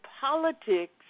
politics